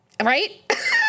right